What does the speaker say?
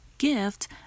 gift